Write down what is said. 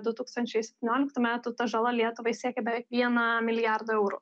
du tūkstančiai septynioliktų metų ta žala lietuvai siekė beveik viena milijardą eurų